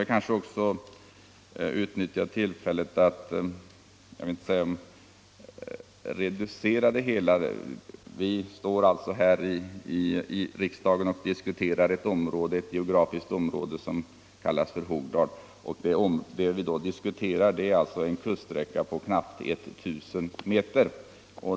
Jag kanske skall utnyttja tillfället till att nämna att det är ett litet kustavsnitt vi diskuterar. Det rör ett geografiskt område med en kuststräcka på knappt 1 000 meter.